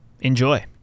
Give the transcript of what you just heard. Enjoy